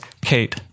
Kate